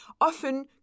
often